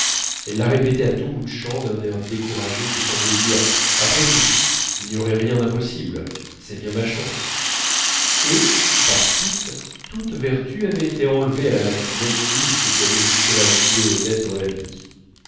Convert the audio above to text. elle la répétait à tout bout de champ d'un air découragé qui semblait dire après tout il n'y aurait rien d'impossible c'est bien ma chance et par suite toute vertu avait été enlevée à la maxime optimiste qui avait jusque-là guidé odette dans la vie